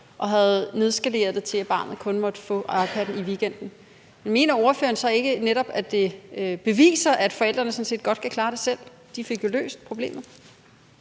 de havde nedskaleret det til, at barnet kun måtte få iPad'en i weekenden. Mener ordføreren så netop ikke, at det beviser, at forældrene sådan set godt kan klare det selv? De fik jo løst problemet.